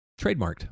trademarked